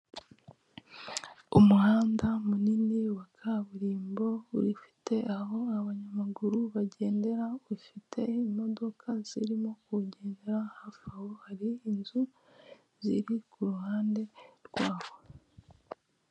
Umuhanda munini wa kaburimbo ufite aho abanyamaguru bagendera, ufite imodoka zirimo kuwugenderamo, hafi aho hari inzu ziri ku ruhande rwawo.